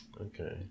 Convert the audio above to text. Okay